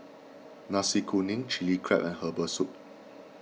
Nasi Kuning Chilli Crab and Herbal Soup